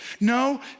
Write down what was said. No